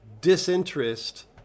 disinterest